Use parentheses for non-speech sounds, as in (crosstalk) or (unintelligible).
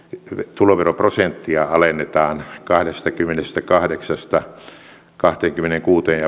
tuloveroprosenttia alennetaan kahdestakymmenestäkahdeksasta kahteenkymmeneenkuuteen (unintelligible)